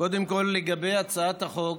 קודם כול לגבי הצעת החוק,